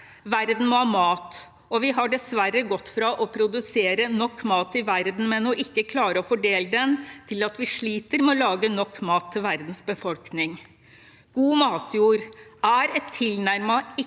Verden må ha mat, og vi har dessverre gått fra å produsere nok mat i verden, men ikke å klare å fordele den, til at vi sliter med å lage nok mat til verdens befolkning. God matjord er en tilnærmet ikke-fornybar